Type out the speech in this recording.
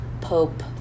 Pope